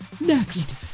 next